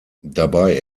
dabei